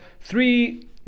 three